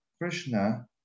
Krishna